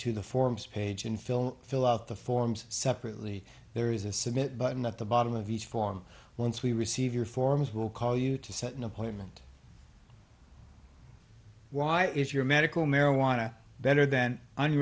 to the forms page and fill fill out the forms separately there is a submit button at the bottom of each form once we receive your forms will call you to set an appointment why is your medical marijuana better than